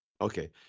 Okay